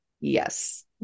Yes